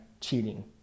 cheating